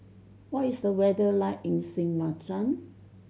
what is the weather like in Sint Maarten